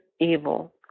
evil